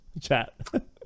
Chat